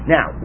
Now